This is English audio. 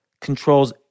controls